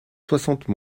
soixante